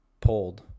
pulled